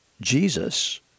jesus